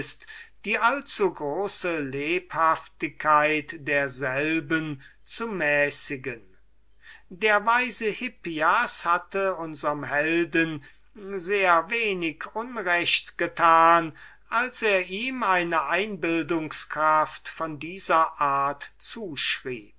die allzugroße lebhaftigkeit derselben zu mäßigen der weise hippias hatte die wahrheit zu gestehen unserm helden sehr wenig unrecht getan als er ihm eine einbildungskraft von dieser art zuschrieb